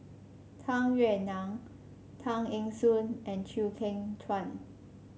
Tung Yue Nang Tay Eng Soon and Chew Kheng Chuan